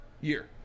Year